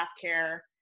care